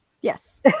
Yes